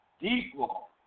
equal